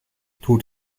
tut